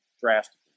drastically